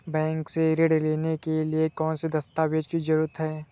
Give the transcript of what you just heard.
Bank से ऋण लेने के लिए कौन से दस्तावेज की जरूरत है?